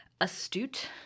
astute